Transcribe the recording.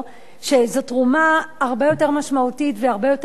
שזאת תרומה הרבה יותר משמעותית והרבה יותר קשה,